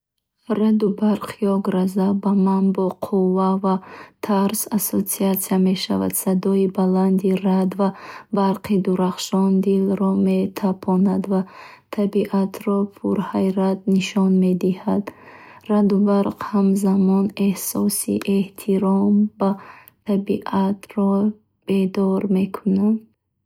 Раъду барқ ё гроза ба ман бо қувва ва тарс ассоатсия мешавад. Садои баланди раъд ва барқи дурахшон дилро метапонад ва табиатро пурҳайбат нишон медиҳад. Гроза ҳамзамон эҳсоси эҳтиром ба табиатро бедор мекунад.